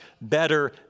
better